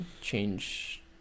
change